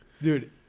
Dude